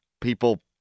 people